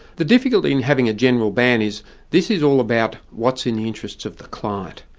the difficulty in having a general ban is this is all about what's in the interests of the client,